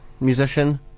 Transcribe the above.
musician